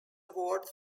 award